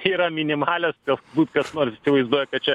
čia yra minimalios galbūt kas nors įsivaizduoja kad čia